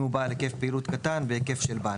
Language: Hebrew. אם הוא בעל היקף פעילות קטן בהיקף של בנק,